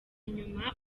nyuma